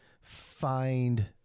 find